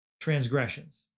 transgressions